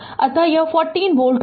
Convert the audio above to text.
अत यह 50 वोल्ट होगा